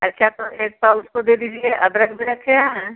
अच्छा तो एक पाव उसको दे दीजिए अदरक भी रखे हैं